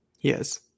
Yes